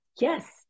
Yes